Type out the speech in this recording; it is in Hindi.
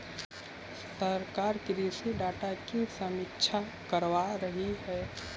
सरकार कृषि डाटा की समीक्षा करवा रही है